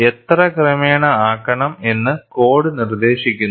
എത്ര ക്രമേണ ആക്കണം എന്ന് കോഡ് നിർദ്ദേശിക്കുന്നു